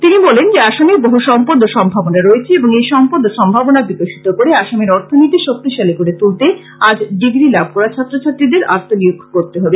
তিনি বলেন যে আসামে বহু সম্পদ ও সম্ভাবনা রয়েছে এবং এই সম্পদ ও সম্ভাবনা বিকশিত করে আসামের অর্থনীতি শক্তিশালী করে তুলতে আজ ডিগ্রী লাভ করা ছাত্রছাত্রীদের আত্মনিয়োগ করতে হবে